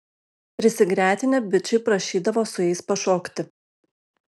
prisigretinę bičai prašydavo su jais pašokti